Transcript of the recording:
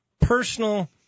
personal